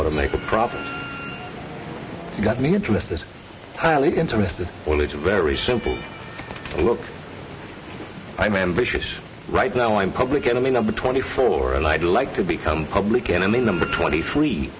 want to make a profit got me interested highly interested when it's very simple look i mean vicious right now in public enemy number twenty four and i'd like to become public enemy number twenty